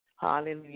Hallelujah